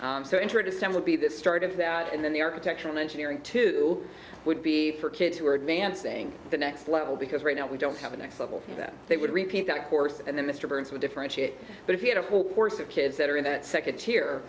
recreate so introduce some would be the start of that and then the architecture and engineering too would be for kids who are advancing the next level because right now we don't have a next level that they would repeat that course and then mr burns would differentiate but if he had a whole course of kids that are in that second tier